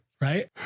Right